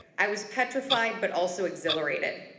i was petrified but also exhilarated.